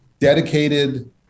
dedicated